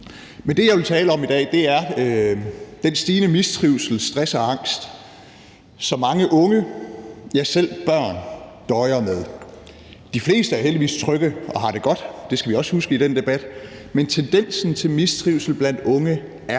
Men det, jeg vil tale om i dag, er den stigende mistrivsel, stress og angst, som mange unge, ja, selv børn døjer med. De fleste er heldigvis trygge og har det godt, det skal vi også huske i den debat, men tendensen til mistrivsel blandt unge er